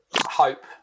hope